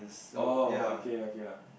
oh okay okay lah